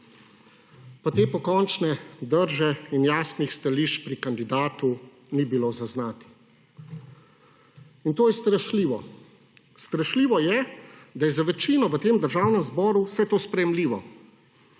Pa te pokončne drže in jasnih stališč pri kandidatu ni bilo zaznati. In to je strašljivo. Strašljivo je, da je za večino v tem Državnem zboru vse to sprejemljivo.